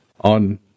on